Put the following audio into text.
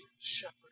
shepherd